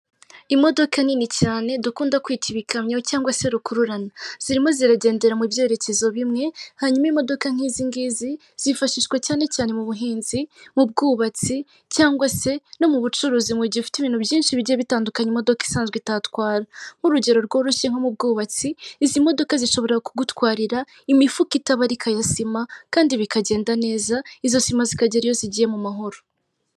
Imodoka nini cyane dukunda kwita ibikamyo cyangwa se rukururana. Zirimo ziragendera mu byerekezo bimwe, hanyuma imodoka nk'izigizi zifashishwa cyane cyane mu buhinzi, mu bwubatsi, cyangwa se no mu bucuruzi mu gihe ufite ibintu byinshi bigiye bitandukanye imodoka isanzwe itatwara. Nk'urugero rworoshye nko mu bwubatsi, izi modoka zishobora kugutwarira imifuka itabarika ya sima kandi bikagenda neza izo sima zikagera iyo zigiye mu mahoro.